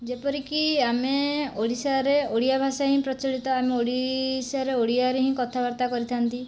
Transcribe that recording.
ଯେପରିକି ଆମେ ଓଡ଼ିଶାରେ ଓଡ଼ିଆ ଭାଷା ହିଁ ପ୍ରଚଳିତ ଆମେ ଓଡ଼ିଶାରେ ଓଡ଼ିଆରେ ହିଁ କଥା ବାର୍ତ୍ତା କରିଥାନ୍ତି